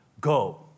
Go